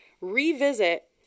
revisit